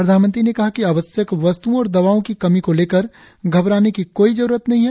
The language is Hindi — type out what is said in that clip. प्रधानमंत्री ने कहा कि आवश्यक वस्त्ओं और दवाओं की कमी को लेकर घबराने की कोई जरूरत नहीं है